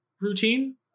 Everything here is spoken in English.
routine